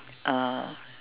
uh